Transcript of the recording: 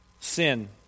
sin